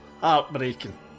heartbreaking